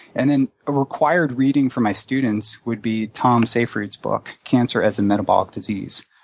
and then a required reading for my students would be tom seyfried's book, cancer as a metabolic disease.